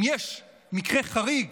אם יש מקרה חריג